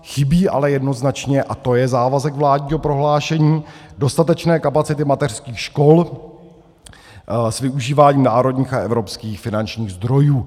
Chybí ale jednoznačně, a to je závazek vládního prohlášení, dostatečné kapacity mateřských škol s využíváním národních a evropských finančních zdrojů.